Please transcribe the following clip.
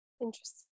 interesting